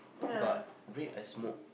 but wait I smoke